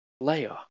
Layer